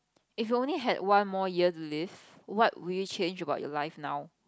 if you only had one more year to live what would you change about your life now